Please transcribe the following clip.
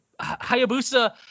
Hayabusa